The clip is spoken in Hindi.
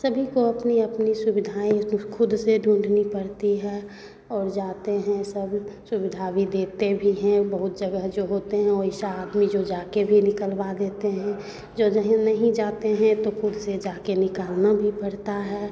सभी को अपनी अपनी सुविधाएँ खुद से ढूँढ़नी पड़ती है और जाते हैं सब सुविधा भी देते भी हैं बहुत जगह जो होते हैं वैसा आदमी जो जाके भी निकलवा देते हैं जो जहें नहीं जाते हैं तो खुद से जाकर निकालना भी पड़ता है